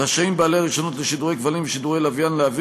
רשאים בעלי רישיונות לשידורי כבלים ושידורי לוויין להעביר